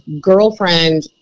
girlfriend